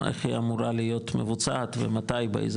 איך היא אמורה להיות מבוצעת ומתי,